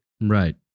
Right